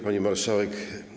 Pani Marszałek!